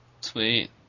Sweet